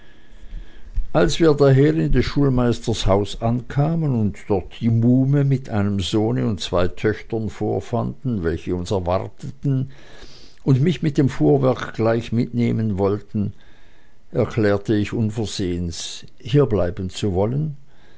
als wir daher in des schulmeisters haus ankamen und dort die muhme mit einem sohne und zwei töchtern vorfanden welche uns erwarteten und mich mit dem fuhrwerk gleich mitnehmen wollten erklärte ich unversehens hierbleiben zu wollen